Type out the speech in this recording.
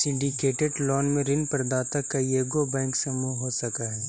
syndicated loan में ऋण प्रदाता कइएगो बैंक के समूह हो सकऽ हई